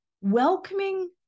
welcoming